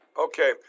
Okay